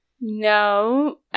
No